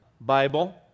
Bible